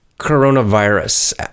coronavirus